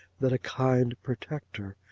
than a kind protector,